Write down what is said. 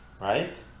Right